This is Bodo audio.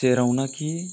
जेरावनाखि